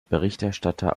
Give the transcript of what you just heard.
berichterstatter